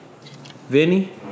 Vinny